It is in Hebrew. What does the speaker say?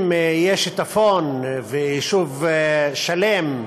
אם יש שיטפון, יישוב שלם,